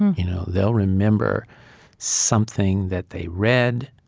you know, they'll remember something that they read,